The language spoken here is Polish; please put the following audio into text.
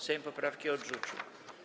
Sejm poprawki odrzucił.